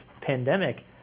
pandemic